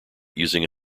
using